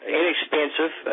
inexpensive